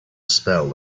spell